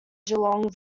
geelong